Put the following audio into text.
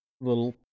little